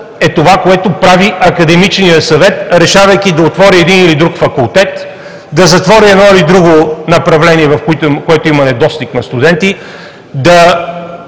е това, което прави Академичният съвет, решавайки да отвори един или друг факултет, да затвори едно или друго направление, в което има недостиг на студенти, да